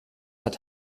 hat